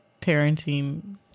parenting